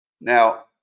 Now